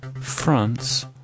France